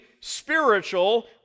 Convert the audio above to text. spiritual